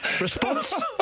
Response